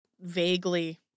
vaguely